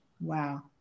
Wow